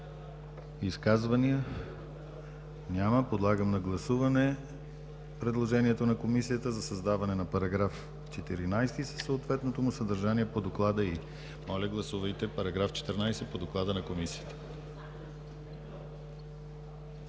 Изказвания? Няма. Подлагам на гласуване предложението на Комисията за създаване на § 14 със съответното му съдържание по доклада й. Моля, гласувайте § 14 по доклада на Комисията.